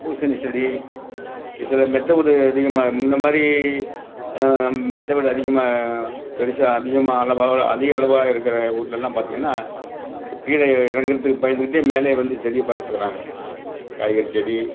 பூசணி செடி இங்கே சில மெத்தை வீடு அதிகமாக முன்னே மாதிரி மெத்தைவீடு அதிகமாக பெருசாக அதிகமாக அளவோடு அதிக அளவாக இருக்கிற வீட்லலாம் பார்த்தீங்கன்னா இப்போ கீழே இறங்கறதுக்கு பயந்துக்கிட்டே மேலேயே வந்து செடியை பார்த்துக்குறாங்க காய்கறி செடி